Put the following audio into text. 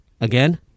Again